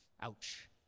Ouch